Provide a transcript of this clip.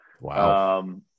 Wow